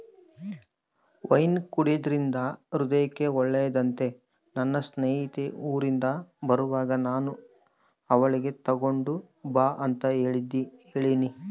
wine ಕುಡೆದ್ರಿಂದ ಹೃದಯಕ್ಕೆ ಒಳ್ಳೆದಂತ ನನ್ನ ಸ್ನೇಹಿತೆ ಊರಿಂದ ಬರುವಾಗ ನಾನು ಅವಳಿಗೆ ತಗೊಂಡು ಬಾ ಅಂತ ಹೇಳಿನಿ